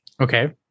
Okay